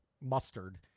mustard